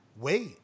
wait